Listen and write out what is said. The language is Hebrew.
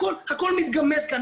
הכל מתגמד כאן,